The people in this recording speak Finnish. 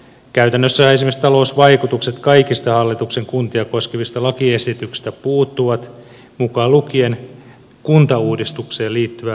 käytännössähän esimerkiksi talousvaikutukset kaikista hallituksen kuntia koskevista lakiesityksistä puuttuvat mukaan lukien kuntauudistukseen liittyvä lainsäädäntö